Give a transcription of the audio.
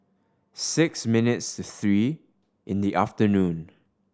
six minutes to three in the afternoon